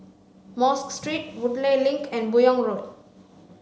Mosque Street Woodleigh Link and Buyong Road